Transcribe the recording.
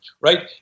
right